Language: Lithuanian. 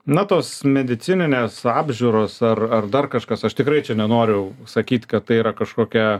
na tos medicininės apžiūros ar ar dar kažkas aš tikrai čia nenoriu sakyt kad tai yra kažkokia